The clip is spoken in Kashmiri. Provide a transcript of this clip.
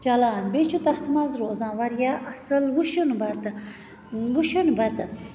چَلان بیٚیہِ چھ تتھ مَنٛز روزان واریاہ اصٕل وُشُن بَتہٕ وُشُن بَتہٕ